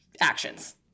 actions